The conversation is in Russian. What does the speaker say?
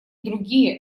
другие